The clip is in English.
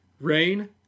Rain